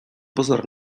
pozor